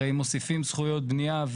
הרי מוסיפים זכויות בנייה,